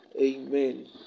Amen